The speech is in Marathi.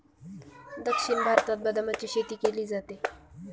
दक्षिण भारतात बदामाची शेती केली जाते